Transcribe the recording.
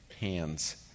hands